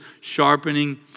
sharpening